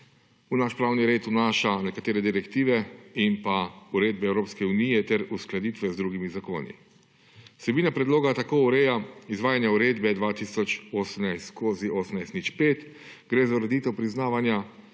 v naš pravni red vnaša nekatere direktive in pa uredbe Evropske unije ter uskladitve z drugimi zakoni. Vsebine predloga tako ureja izvajanje uredbe 2018/1805. Gre za ureditev priznavanja